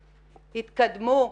התקדמו.